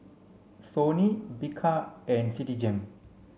Sony Bika and Citigem